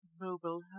mobile